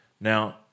Now